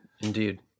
Indeed